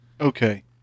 Okay